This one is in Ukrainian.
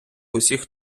усіх